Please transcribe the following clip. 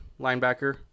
linebacker